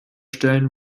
stellen